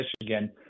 Michigan